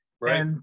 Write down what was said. right